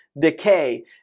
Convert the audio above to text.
decay